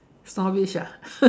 stories ah